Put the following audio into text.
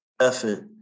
effort